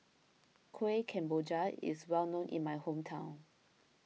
Kuih Kemboja is well known in my hometown